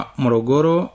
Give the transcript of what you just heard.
morogoro